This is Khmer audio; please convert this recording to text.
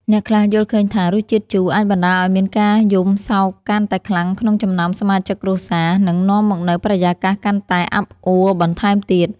អ្នកខ្លះយល់ឃើញថារសជាតិជូរអាចបណ្តាលឱ្យមានការយំសោកកាន់តែខ្លាំងក្នុងចំណោមសមាជិកគ្រួសារ និង នាំមកនូវបរិយាកាសកាន់តែអាប់អួរបន្ថែមទៀត។